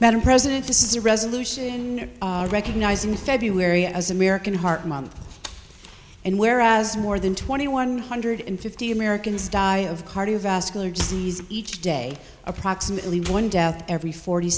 madam president this is a resolution recognizing february as american heart month and whereas more than twenty one hundred fifty americans die of cardiovascular disease each day approximately one death every forty